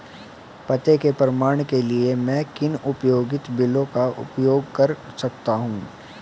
पते के प्रमाण के लिए मैं किन उपयोगिता बिलों का उपयोग कर सकता हूँ?